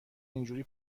اینجوری